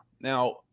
Now